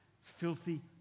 filthy